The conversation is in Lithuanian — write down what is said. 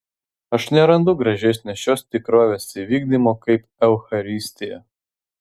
aš nerandu gražesnio šios tikrovės įvykdymo kaip eucharistija